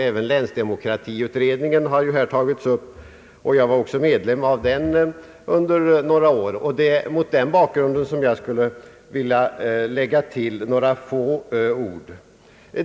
Även länsdemokratiutredningen har här tagits upp. Jag var också medlem av den under några år, och det är mot den bakgrunden jag skulle vilja lägga till några få ord.